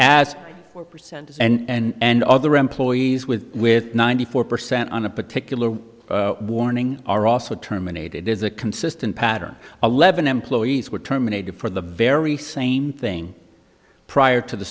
as percent s and other employees with with ninety four percent on a particular warning are also terminated is a consistent pattern eleven employees were terminated for the very same thing prior to the